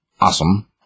awesome